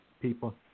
People